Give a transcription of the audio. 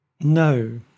No